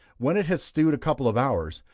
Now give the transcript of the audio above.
when it has stewed a couple of hours,